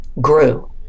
grew